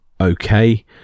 okay